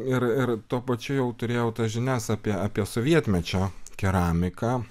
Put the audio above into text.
ir ir tuo pačiu jau turėjau tas žinias apie apie sovietmečio keramiką